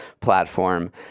platform